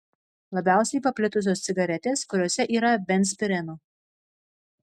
labiausiai paplitusios cigaretės kuriose yra benzpireno